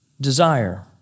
desire